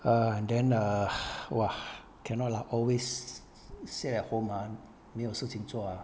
ugh then ah !wah! cannot lah always sit at home ah 没有事情做啊